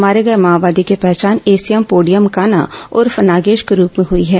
मारे गए माओवादी की पहचान एसीयम पोड़ियम काना उर्फ नागेश के रूप में हुई है